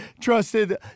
trusted